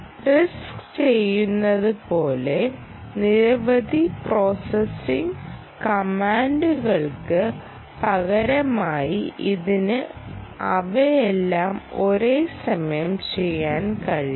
RISC ചെയ്യുന്നതുപോലെ നിരവധി processing കമാൻഡുകൾക്ക് പകരമായി ഇതിന് അവയെല്ലാം ഒരേസമയം ചെയ്യാൻ കഴിയും